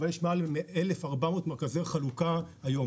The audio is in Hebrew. אבל יש מעל 1,400 מרכזי חלוקה היום.